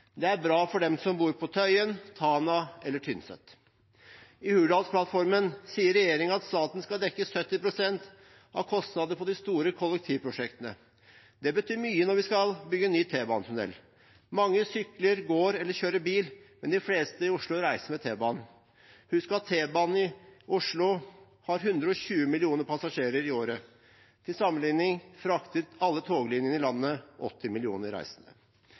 Det er bra for dem som bor på Tøyen, i Tana eller på Tynset. I Hurdalsplattformen sier regjeringen at staten skal dekke 70 pst. av kostnadene i de store kollektivprosjektene. Det betyr mye når vi skal bygge ny T-banetunnel. Mange sykler, går eller kjører bil, men de fleste i Oslo reiser med T-banen. Husk at T-banen i Oslo har 120 millioner passasjerer i året – til sammenlikning frakter alle toglinjene i landet 80 millioner reisende.